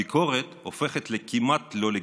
הביקורת הופכת כמעט ללא לגיטימית.